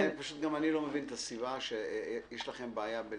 גם אני לא מבין את הסיבה שבגינה יש לכם בעיה.